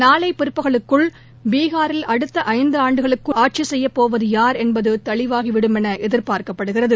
நாளை பிற்பகலுக்குள் பீகாரில் அடுத்த ஐந்து ஆண்டுகளுக்கு ஆட்சி செய்ய போவது யார் என்பது தெளிவாகிவிடும் என எதிர்பார்க்கப்படுகிறது